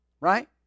Right